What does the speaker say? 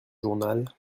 journal